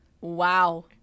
Wow